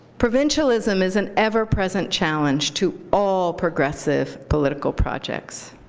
provincialism is an ever-present challenge to all progressive political projects.